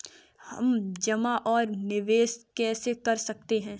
हम जमा और निवेश कैसे कर सकते हैं?